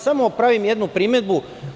Samo pravim jednu primedbu.